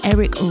Eric